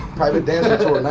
private dancer tour like